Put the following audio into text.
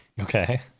Okay